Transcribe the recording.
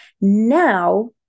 Now